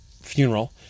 funeral